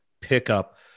pickup